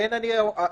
ולכן היא הנותנת.